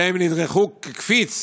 והם נדרכו כקפיץ